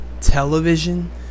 television